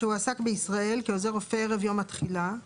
שהועסק בישראל כעוזר רופא ערב יום התחילה,